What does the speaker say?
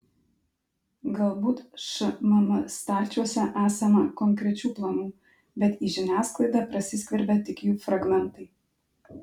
galbūt šmm stalčiuose esama konkrečių planų bet į žiniasklaidą prasiskverbia tik jų fragmentai